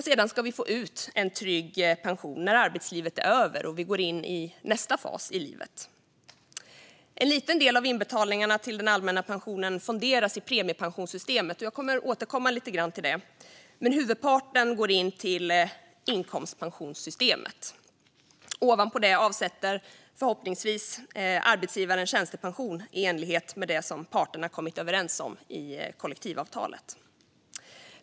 Sedan ska vi få ut en trygg pension när arbetslivet är över och vi går in i nästa fas i livet. En liten del av inbetalningarna till den allmänna pensionen fonderas i premiepensionssystemet - jag återkommer till det - men huvudparten går in i inkomstpensionssystemet. Ovanpå det avsätter förhoppningsvis arbetsgivaren tjänstepension i enlighet med det parterna kommit överens om i kollektivavtalet.